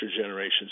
generations